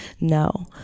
No